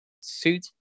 suit